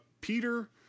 Peter